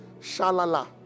shalala